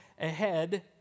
ahead